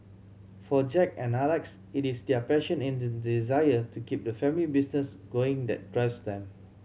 for Jack and Alex it is their passion and desire to keep the family business going that drives them